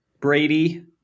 brady